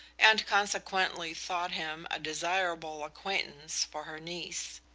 and consequently thought him a desirable acquaintance for her niece.